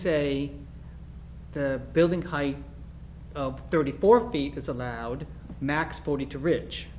say the building height of thirty four feet that's allowed max forty to ri